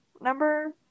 Number